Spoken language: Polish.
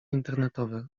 internetowe